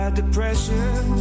depression